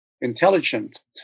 intelligent